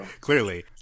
Clearly